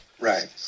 Right